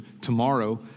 tomorrow